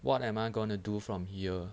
what am I gonna do from here